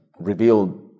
revealed